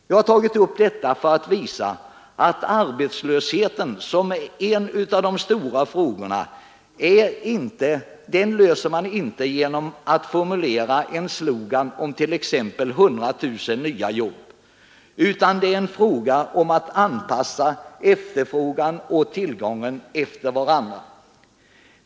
Jag har tagit upp detta för att visa att problemet om arbetslösheten som är en av de stora frågorna, det löser man inte genom att formulera en slogan om t.ex. 100000 nya jobb. Det är fråga om att anpassa efterfrågan och tillgången efter varandra.